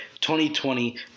2020